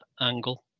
angle